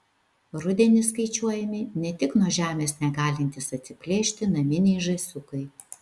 rudenį skaičiuojami ne tik nuo žemės negalintys atsiplėšti naminiai žąsiukai